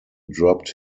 dropped